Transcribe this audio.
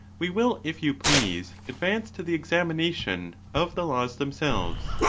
we will, if you please, advance to the examination of the laws themselves.